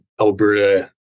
Alberta